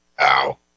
Ow